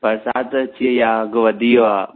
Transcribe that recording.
बरिसाति अची वई आहे अघु वधी वियो आहे